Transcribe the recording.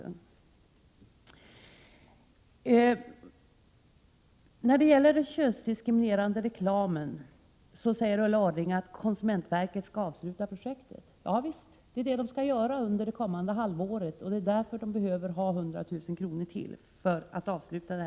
När det gäller den könsdiskriminerande reklamen säger Ulla Orring att konsumentverket skall avsluta projektet. Ja visst. Det skall man göra under det kommande halvåret, och det är för att avsluta projektet som man behöver ytterligare 100 000 kr.